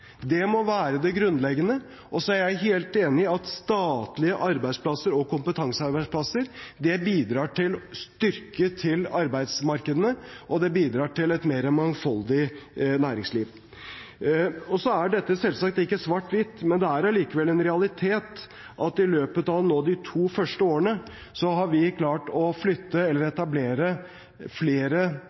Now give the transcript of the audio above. Det må være det grunnleggende. Så er jeg helt enig i at statlige arbeidsplasser og kompetansearbeidsplasser bidrar til å styrke arbeidsmarkedene, og det bidrar til et mer mangfoldig næringsliv. Dette er selvsagt ikke svart-hvitt, men det er allikevel en realitet at i løpet av de to første årene har vi klart å flytte eller etablere flere